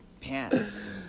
pants